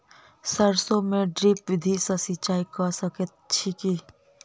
सैरसो मे ड्रिप विधि सँ सिंचाई कऽ सकैत छी की?